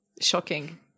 shocking